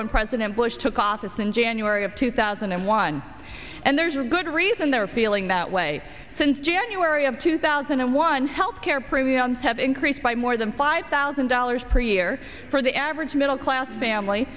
when president bush took office in january of two thousand and one and there's a good reason they're feeling that way since january of two thousand and one health care premiums have increased by more than five thousand dollars per year for the average middle class family